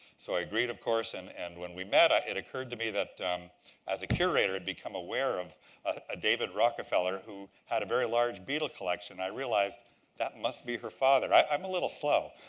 so i agreed, of course. and and when we met i it occurred to me that as a curator, i'd become aware of ah david rockefeller, who had a very large beetle collection. i realized that must be her father. i'm a little slow.